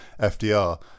FDR